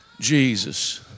Jesus